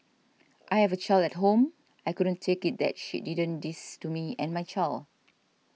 I have a child at home I couldn't take it that she didn't this to me and my child